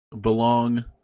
belong